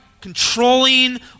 controlling